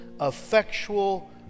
effectual